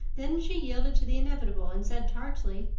then she yielded to the inevitable and said tartly